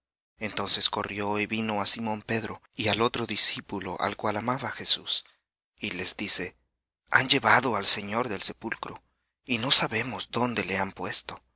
entonces corrió y vino á simón pedro y al otro discípulo al cual amaba jesús y les dice han llevado al señor del sepulcro y no sabemos dónde le han puesto